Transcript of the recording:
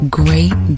great